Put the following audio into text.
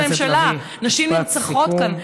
אדוני ראש הממשלה, נשים נרצחות כאן.